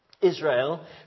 Israel